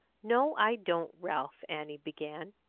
no, i don't, ralph, annie began.